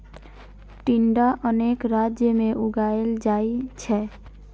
टिंडा अनेक राज्य मे उगाएल जाइ छै